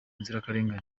nzirakarengane